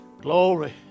Glory